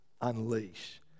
unleash